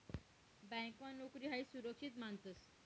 ब्यांकमा नोकरी हायी सुरक्षित मानतंस